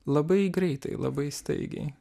labai greitai labai staigiai